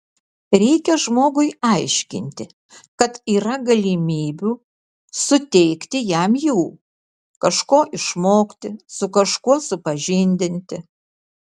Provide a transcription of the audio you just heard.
reikia žmogui aiškinti kad yra galimybių suteikti jam jų kažko išmokti su kažkuo supažindinti